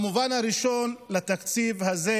המובן הראשון, התקציב הזה